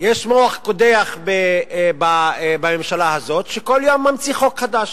יש מוח קודח בממשלה הזאת שכל יום ממציא חוק חדש.